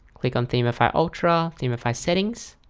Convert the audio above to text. click on themify ultra themify settings